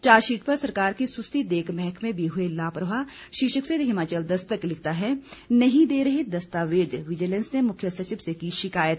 chargesheet पर सरकार की सुस्ती देख महकमे भी हुए लापरवाह शीर्षक से हिमाचल दस्तक लिखता है नहीं दे रहे दस्तावेज विजिलेंस ने मुख्य सचिव से की शिकायत